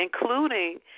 including